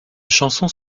chansons